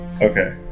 Okay